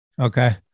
Okay